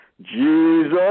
Jesus